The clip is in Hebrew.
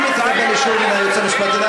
אם תקבל אישור מהייעוץ המשפטי,